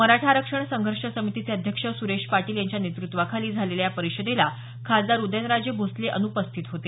मराठा आरक्षण संघर्ष समितीचे अध्यक्ष सुरेश पाटील यांच्या नेतृत्वाखाली झालेल्या या परिषदेला खासदार उदयनराजे भोसले अन्पस्थित होते